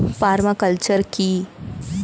Parma culture কি?